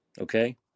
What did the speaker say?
okay